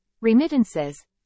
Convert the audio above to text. remittances